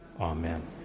Amen